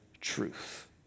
truth